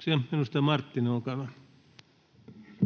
[Speech 251] Speaker: